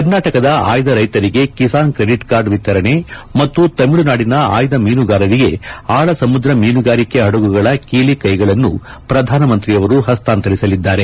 ಕರ್ನಾಟಕದ ಆಯ್ದ ರೈತರಿಗೆ ಕಿಸಾನ್ ಕ್ರೆಡಿಟ್ ಕಾರ್ಡ್ ವಿತರಣೆ ಮತ್ತು ತಮಿಳುನಾಡಿನ ಆಯ್ದ ಮೀನುಗಾರರಿಗೆ ಆಳಸಮುದ್ರ ಮೀನುಗಾರಿಕೆ ಹಡಗುಗಳ ಕೀಲಿಕೈಗಳನ್ನು ಪ್ರಧಾನಿ ಹಸ್ತಾಂತರಿಸಲಿದ್ದಾರೆ